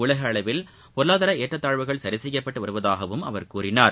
உலக அளவில் பொருளாதார ஏற்றத் தாழ்வுகள் சரிசெய்யப்பட்டு வருவதாகவும் அவர் கூறினார்